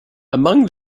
among